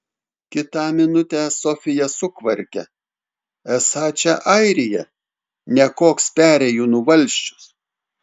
kitą minutę sofija sukvarkia esą čia airija ne koks perėjūnų valsčius